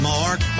Mark